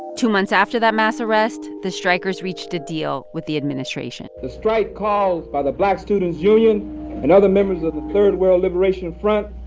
two months after that mass arrest, the strikers reached a deal with the administration the strike caused by the black students union and other members of the third world liberation front,